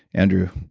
andrew,